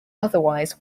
otherwise